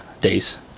days